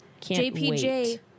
JPJ